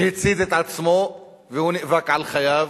שהצית את עצמו, והוא נאבק על חייו,